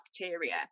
bacteria